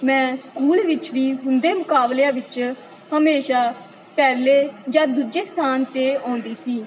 ਮੈਂ ਸਕੂਲ ਵਿੱਚ ਵੀ ਹੁੰਦੇ ਮੁਕਾਬਲਿਆਂ ਵਿੱਚ ਹਮੇਸ਼ਾ ਪਹਿਲੇ ਜਾਂ ਦੂਜੇ ਸਥਾਨ 'ਤੇ ਆਉਂਦੀ ਸੀ